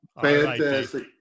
fantastic